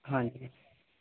ਹਾਂਜੀ